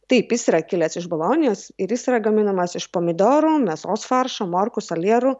taip jis yra kilęs iš bolonijos ir jis yra gaminamas iš pomidorų mėsos faršo morkų salierų